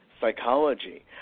psychology